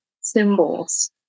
symbols